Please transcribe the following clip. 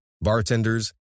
bartenders